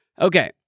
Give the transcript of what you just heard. Okay